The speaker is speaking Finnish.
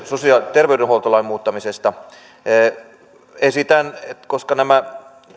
terveydenhuoltolain muuttamisesta esitän koska tämä kansalaisaloite ja tämä